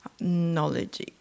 Knowledge